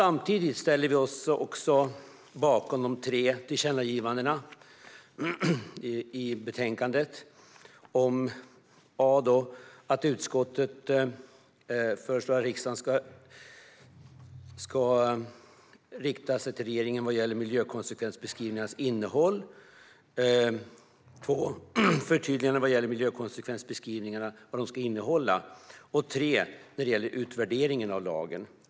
Vi ställer oss också bakom de tre tillkännagivandena i betänkandet till regeringen när det gäller miljökonsekvensbeskrivningarnas innehåll, när det gäller förtydligande av vad miljökonsekvensbeskrivningarna ska innehålla och när det gäller utvärderingen av lagen.